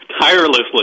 tirelessly